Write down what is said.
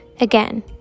Again